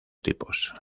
tipos